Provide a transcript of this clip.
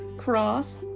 Cross